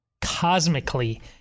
cosmically